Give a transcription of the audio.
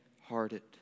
hearted